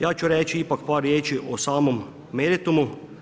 Ja ću reći ipak par riječi o samom meritumu.